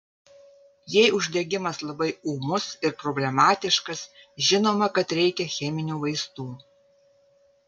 jei uždegimas labai ūmus ir problematiškas žinoma kad reikia cheminių vaistų